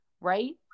right